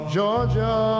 Georgia